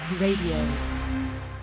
Radio